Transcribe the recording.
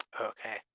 okay